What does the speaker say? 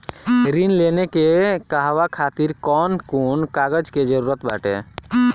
ऋण लेने के कहवा खातिर कौन कोन कागज के जररूत बाटे?